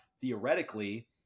theoretically